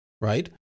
Right